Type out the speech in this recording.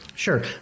Sure